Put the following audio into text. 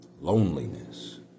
Loneliness